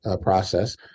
process